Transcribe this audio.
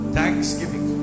Thanksgiving